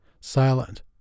silent